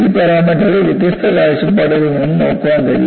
ഈ പാരാമീറ്ററുകൾ വ്യത്യസ്ത കാഴ്ചപ്പാടുകളിൽ നിന്ന് നോക്കാൻ കഴിയും